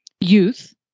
youth